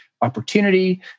opportunity